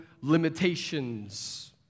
limitations